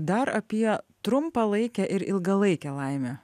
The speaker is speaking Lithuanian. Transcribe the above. dar apie trumpalaikę ir ilgalaikę laimę